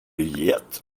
get